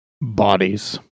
Bodies